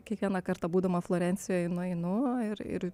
kiekvieną kartą būdama florencijoje nueinu ir ir